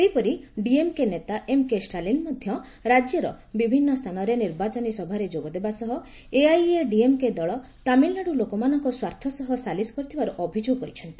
ସେହିପରି ଡିଏମକେ ନେତା ଏମ୍କେ ଷ୍ଟାଲିନ୍ ମଧ୍ୟ ରାଜ୍ୟର ବିଭିନ୍ନ ସ୍ଥାନରେ ନିର୍ବାଚନୀ ସଭାରେ ଯୋଗଦେବା ସହ ଏଆଇଏଡିଏମକେ ଦଳ ତାମିଲନାଡୁ ଲୋକମାନଙ୍କ ସ୍ୱାର୍ଥ ସହ ସାଲିସ କରିଥିବାର ଅଭିଯୋଗ କରିଛନ୍ତି